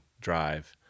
Drive